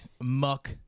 muck